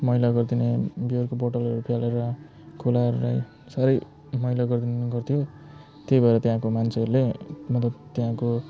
मैला गरिदिने बियरको बोतलहरू फालेर खोलाहरूलाई साह्रै मैला गरिदिने गर्थ्यो त्यही भएर त्यहाँको मान्छेहरूले मतलब त्यहाँको